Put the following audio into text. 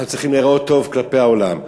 אנחנו צריכים להיראות טוב כלפי העולם.